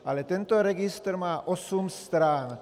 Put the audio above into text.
Ale tento registr má osm stran.